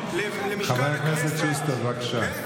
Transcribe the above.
חבר הכנסת שוסטר, בבקשה.